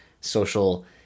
social